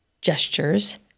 gestures